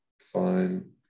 fine